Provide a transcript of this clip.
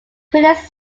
critics